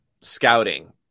scouting